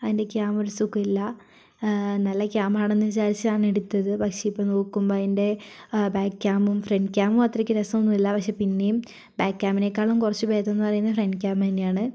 അതിൻ്റെ ക്യാമറ സുഖമില്ല നല്ല ക്യാം ആണെന്ന് വിചാരിച്ചാണ് എടുത്തത് പക്ഷെ ഇപ്പോൾ നോക്കുമ്പോൾ അതിൻ്റെ ബാക്ക് ക്യാമും ഫ്രണ്ട് ക്യാമും അത്രയ്ക്ക് രസമൊന്നും ഇല്ല പക്ഷെ പിന്നെയും ബാക്ക് ക്യാമിനേക്കാളും കുറച്ച് ഭേദം എന്ന് പറയുന്നത് ഫ്രണ്ട് ക്യാം തന്നെയാണ്